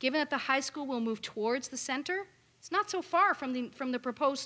given at the high school will move towards the center it's not so far from the from the proposed